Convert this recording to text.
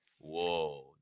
Whoa